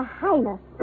highness